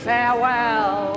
Farewell